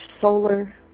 solar